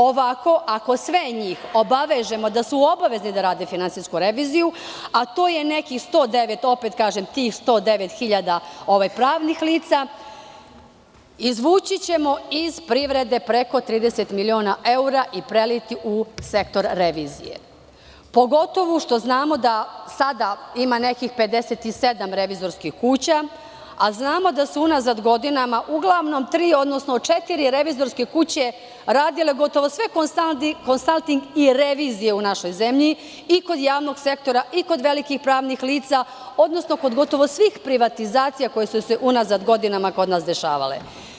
Ovako, ako sve njih obavežemo da su obavezni da rade finansijsku reviziju, a to je nekih 109 hiljada pravnih lica, izvućićemo iz privrede preko 30 miliona evra i preliti u sektor revizije, pogotovo što znamo da sada ima nekih 57 revizorskih kuća, a znamo da su unazad godinama uglavnom tri, odnosno četiri revizorske kuće radile gotovo sve konsalting i revizije u našoj zemlji i kod javnog sektora i kod velikih pravnih lica, odnosno kod gotovo svih privatizacija koje su se unazad godinama kod nas dešavale.